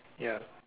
ya